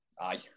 aye